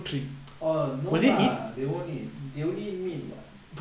oh no lah they won't eat they only eat meat [what]